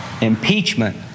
Impeachment